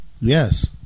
Yes